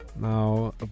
Now